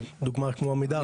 דוגמא כמו עמידר.